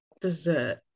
dessert